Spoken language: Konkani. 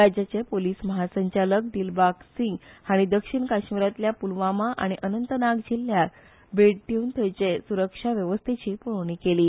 राज्याचे पोलिस महासंचालक दिलबाग सिंग हाणी दक्षिण काश्मिरातल्या पुलवामा आनी अनंतनाग जिल्ल्यांक भेट दिवन थंयचे सुरक्षा वेवस्थेची पळोवणी केली